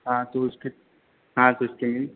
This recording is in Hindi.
हाँ तो उसकी हाँ तो उसकी मिल